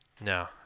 No